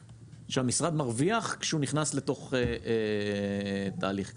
שהמשרד מרוויח כשהוא נכנס לתוך תהליך כזה.